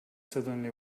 suddenly